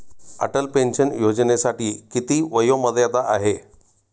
Atal pension योजनेसाठी किती वयोमर्यादा आहे?